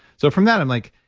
so, from that, i'm like,